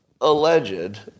alleged